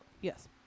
Yes